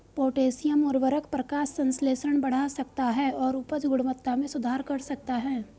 potassium उवर्रक प्रकाश संश्लेषण बढ़ा सकता है और उपज गुणवत्ता में सुधार कर सकता है